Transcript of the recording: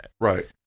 Right